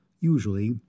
Usually